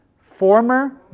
former